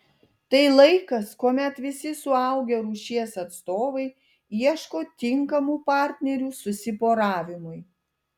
tai laikas kuomet visi suaugę rūšies atstovai ieško tinkamų partnerių susiporavimui